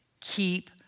Keep